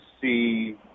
see